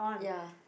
ya